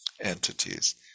entities